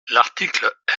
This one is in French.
l’article